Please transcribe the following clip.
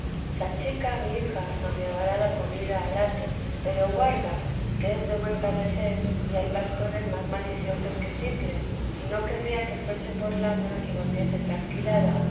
ingenioso sanchica mi hija nos llevará la comida al hato pero guarda que es de buen parecer y hay pastores más maliciosos que simples y no querría que fuese por lana y volviese trasquilada